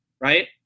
right